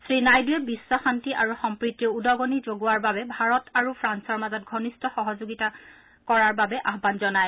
শ্ৰীনাইডুৱে বিখ্ শান্তি আৰু সম্প্ৰতিৰ উদগনি যগোৱাৰ বাবে ভাৰত আৰু ফ্ৰান্সৰ মাজত ঘনিষ্ঠ সহযোগিতা কৰাৰ আহান জনায়